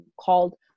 called